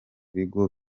bigo